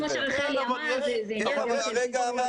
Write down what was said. רם שפע (יו"ר ועדת החינוך,